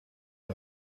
武将